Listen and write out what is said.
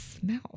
smell